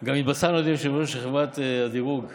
גם התבשרנו על ידי יושב-ראש חברת הדירוג הבין-לאומית,